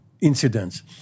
incidents